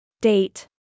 Date